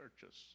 churches